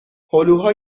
هلوها